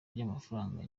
ry’amafaranga